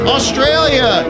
Australia